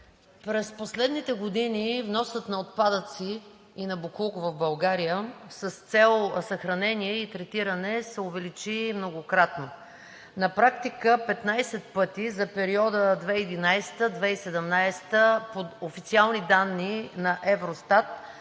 През последните години вносът на отпадъци и на боклук в България с цел съхранение и третиране се увеличи многократно. На практика за периода 2011 – 2017 г. по официални данни на „Евростат“